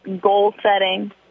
goal-setting